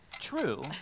True